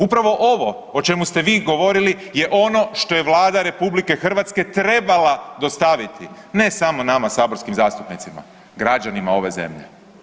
Upravo ovo o čemi ste vi govorili je ono što je Vlada RH trebala dostaviti ne samo nama saborskim zastupnicima, građanima ove zemlje.